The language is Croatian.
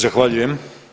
Zahvaljujem.